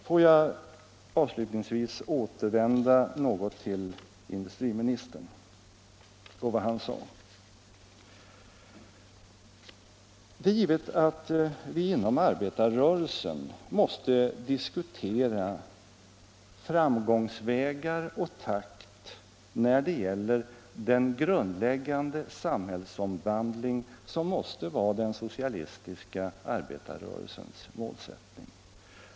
Låt mig avslutningsvis återvända till vad industriministern sade. Det är givet att vi inom arbetarrörelsen måste diskutera framgångsvägar och takt när det gäller den grundläggande samhällsomvandling som måste vara den socialistiska arbetarrörelsens målsättning.